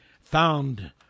found